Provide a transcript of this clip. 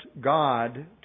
God